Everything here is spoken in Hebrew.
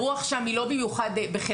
הרוח שם היא לא רוח במיוחד יהודית,